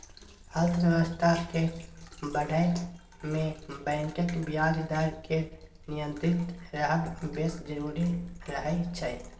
अर्थबेबस्था केँ बढ़य मे बैंकक ब्याज दर केर नियंत्रित रहब बेस जरुरी रहय छै